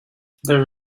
there